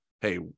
hey